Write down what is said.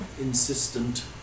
insistent